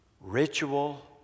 ritual